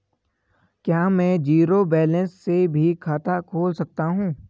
क्या में zero balance से भी खाता खोल सकता हूँ?